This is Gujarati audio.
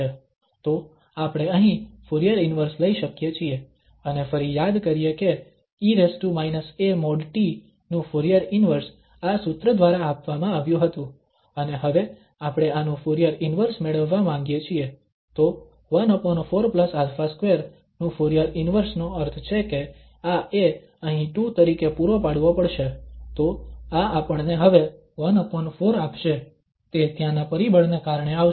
તો આપણે અહીં ફુરીયર ઇન્વર્સ લઈ શકીએ છીએ અને ફરી યાદ કરીએ કે e a|t| નું ફુરીયર ઇન્વર્સ આ સૂત્ર દ્વારા આપવામાં આવ્યું હતું અને હવે આપણે આનું ફુરીયર ઇન્વર્સ મેળવવા માંગીએ છીએ તો 14α2 નું ફુરીયર ઇન્વર્સ નો અર્થ છે કે આ a અહીં 2 તરીકે પૂરો પાડવો પડશે તો આ આપણને હવે 14 આપશે તે ત્યાંના પરિબળને કારણે આવશે